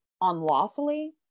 unlawfully